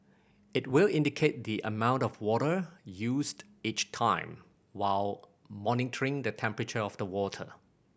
it will indicate the amount of water used each time while monitoring the temperature of the water